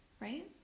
right